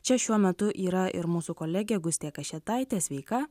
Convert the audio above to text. čia šiuo metu yra ir mūsų kolegė gustė kašėtaitė sveika